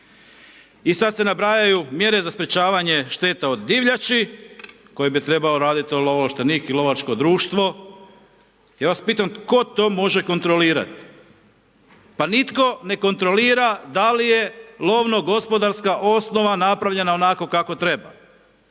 I sad se nabrajaju mjere za sprečavanje šteta od divljači koje bi trebao raditi lovo ovlaštenik i lovačko društvo, ja vas pitam tko to može kontrolirat? Pa nitko ne kontrolira da li je lovno gospodarska osnova napravljena onako kako treba.